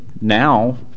now